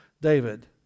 David